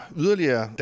yderligere